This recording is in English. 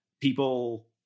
people